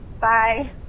bye